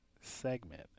segment